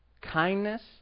kindness